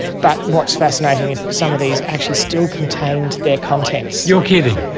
but what's fascinating is that some of these actually still contained their contents. you're kidding?